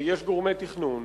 יש גורמי תכנון.